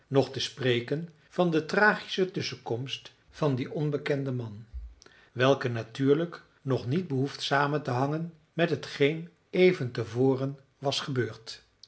nog te spreken van de tragische tusschenkomst van dien onbekenden man welke natuurlijk nog niet behoeft samen te hangen met hetgeen even te voren was gebeurd